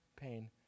pain